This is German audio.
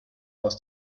aus